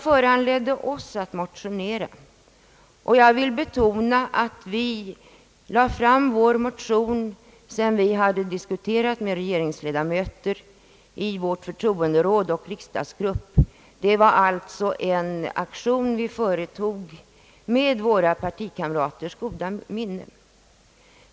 Vår motion — och jag vill betona att vi lade fram den sedan vi diskuterat med ledamöterna i vårt förtroenderåd och vår riksdagsgrupp — var en aktion som vi företog med våra partikamraters goda minne.